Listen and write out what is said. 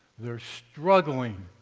they are struggling,